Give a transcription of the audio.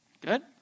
Good